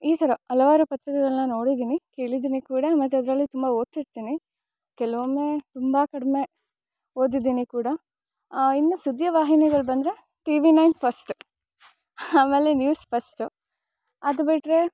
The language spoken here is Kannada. ಈ ಥರ ಹಲವಾರು ಪತ್ರಿಕೆಗಳನ್ನ ನೋಡಿದಿನಿ ಕೇಳಿದಿನಿ ಕೂಡ ಮತ್ತು ಅದರಲ್ಲಿ ತುಂಬ ಓದುತಿರ್ತಿನಿ ಕೆಲವೊಮ್ಮೆ ತುಂಬ ಕಡಿಮೆ ಓದಿದ್ದೀನಿ ಕೂಡ ಇನ್ನು ಸುದ್ದಿ ವಾಹಿನಿಗಳು ಬಂದರೆ ಟಿ ವಿ ನೈನ್ ಫಸ್ಟ್ ಆಮೇಲೆ ನ್ಯೂಸ್ ಫಸ್ಟ್ ಅದುಬಿಟ್ರೆ